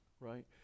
Right